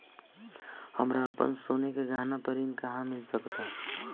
हमरा अपन सोने के गहना पर ऋण कहां मिल सकता?